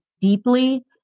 deeply